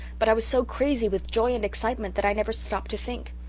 but i was so crazy with joy and excitement that i never stopped to think.